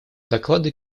доклады